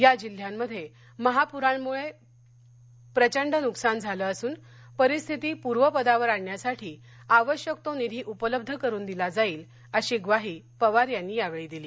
या जिल्ह्यामध्ये महाप्रामुळे प्रचंड नुकसान झालं असून परिस्थिती पूर्वपदावर आणण्यासाठी आवश्यक तो निधी उपलब्ध करून दिला जाईल अशी ग्वाही पवार यांनी यावेळी दिली